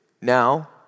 Now